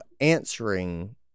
answering